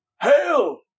Hail